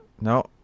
No